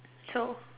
so